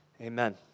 amen